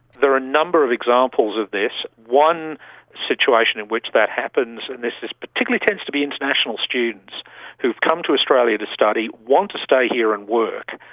there are number of examples of this. one situation in which that happens, and this this particularly tends to be international students who have come to australia to study, want to stay here and work,